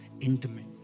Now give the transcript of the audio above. Intimate